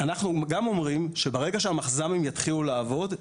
אנחנו גם אומרים שברגע שהמחז"מים יתחילו לעבוד,